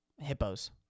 hippos